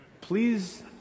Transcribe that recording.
Please